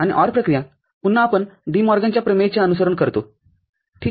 आणि OR प्रक्रिया पुन्हा आपण डी मॉर्गनच्या प्रमेयचे अनुसरण करतो ठीक आहे